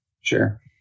Sure